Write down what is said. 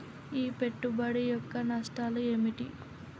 ఈ పెట్టుబడి యొక్క నష్టాలు ఏమిటి?